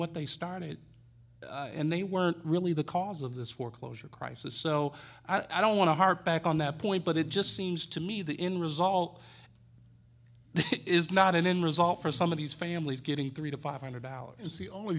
what they started and they weren't really the cause of this foreclosure crisis so i don't want to harp back on that point but it just seems to me the end result this is not an end result for some of these families getting three to five hundred dollars